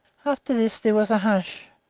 after this there was a hush,